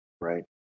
right